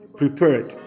prepared